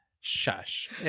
shush